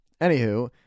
anywho